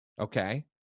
Okay